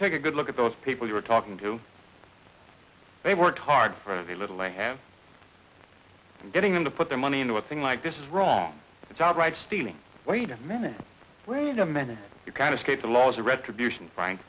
take a good look at those people you are talking to they work hard for the little i have and getting them to put their money into a thing like this is wrong it's all right stealing wait a minute wait a minute you can't escape the laws of retribution frank